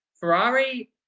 Ferrari